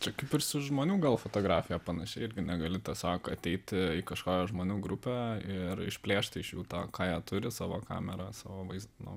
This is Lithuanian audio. čia kaip ir su žmonių gal fotografija panašiai irgi negali sako ateiti į kažką žmonių grupę ir išplėšti iš jų tą ką jie turi savo kamera savo vaizdo